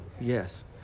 yes